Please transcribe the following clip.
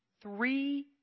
Three